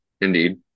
indeed